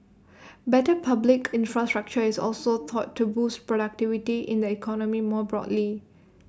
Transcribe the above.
better public infrastructure is also thought to boost productivity in the economy more broadly